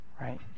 right